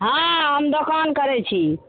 हँ हम दोकान करय छी